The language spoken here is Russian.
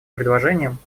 предложением